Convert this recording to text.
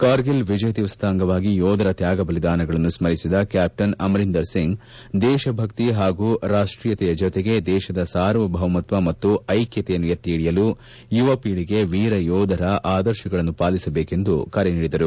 ಕಾರ್ಗಿಲ್ ವಿಜಯ ದಿವಸದ ಅಂಗವಾಗಿ ಯೋಧರ ತ್ವಾಗ ಬಲಿದಾನಗಳನ್ನು ಸ್ವರಿಸಿದ ಕ್ಯಾಪ್ಟನ್ ಅಮರೀಂದರ್ ಸಿಂಗ್ ದೇಶಭಕ್ತಿ ಹಾಗೂ ರಾಷ್ಟೀಯತೆಯ ಜೊತೆಗೆ ದೇಶದ ಸಾರ್ವಭೌಮತ್ವ ಮತ್ತು ಐಕ್ಶತೆಯನ್ನು ಎತ್ತಿ ಹಿಡಿಯಲು ಯುವ ಪೀಳಗೆ ವೀರಯೋಧರ ಆದರ್ಶಗಳನ್ನು ಪಾಲಿಸಬೇಕೆಂದು ಕರೆ ನೀಡಿದರು